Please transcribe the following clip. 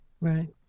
Right